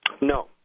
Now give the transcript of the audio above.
No